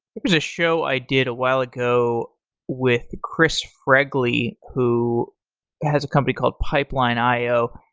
was a show i did a while ago with chris fregly who has a company called pipelineio,